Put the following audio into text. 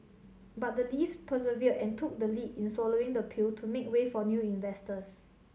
but the Lees persevered and took the lead in swallowing the pill to make way for new investors